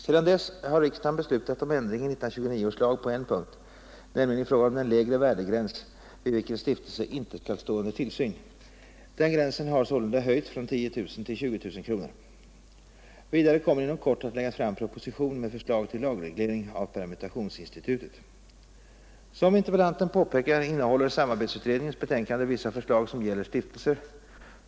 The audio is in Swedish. Sedan dess har riksdagen beslutat om ändring i 1929 års lag på en punkt, nämligen i fråga om den lägre värdegräns vid vilken stiftelse inte skall stå under tillsyn. Denna gräns har sålunda höjts från 10 000 till 20 000 kronor. Vidare kommer inom kort att läggas fram proposition med förslag till lagreglering av permutationsinstitutet. Som interpellanten påpekar innehåller samarbetsutredningens betänkande vissa förslag som gäller stiftelser.